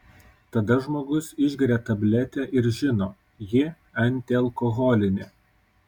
tada žmogus išgeria tabletę ir žino ji antialkoholinė